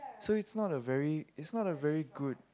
so it's not a very it's not a very good